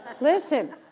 Listen